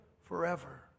forever